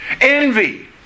Envy